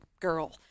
girl